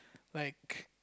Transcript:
like